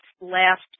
last